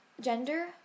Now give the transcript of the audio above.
gender